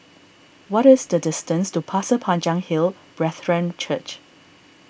what is the distance to Pasir Panjang Hill Brethren Church